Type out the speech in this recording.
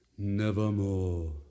Nevermore